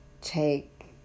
take